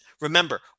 remember